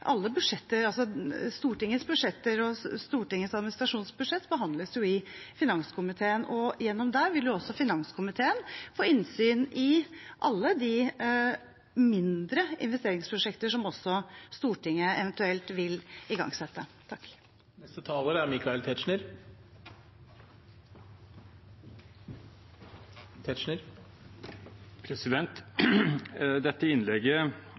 budsjetter. Stortingets budsjetter og Stortingets administrasjonsbudsjett behandles i finanskomiteen, og gjennom dette vil finanskomiteen få innsyn også i alle de mindre investeringsprosjekter som Stortinget eventuelt vil igangsette.